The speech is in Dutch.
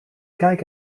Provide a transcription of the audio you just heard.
kijk